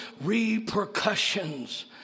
repercussions